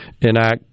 enact